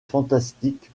fantastique